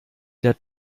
der